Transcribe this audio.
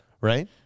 Right